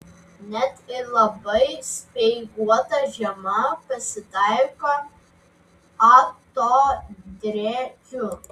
net ir labai speiguotą žiemą pasitaiko atodrėkių